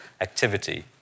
activity